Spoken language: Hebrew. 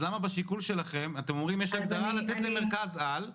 אז למה בשיקול שלכם יש הגדרה לתת למרכז על,